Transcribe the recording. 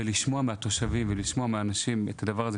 ולשמוע מהתושבים ולשמוע מהאנשים את הדבר הזה,